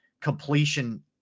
completion